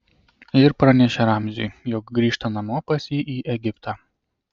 ir pranešė ramziui jog grįžta namo pas jį į egiptą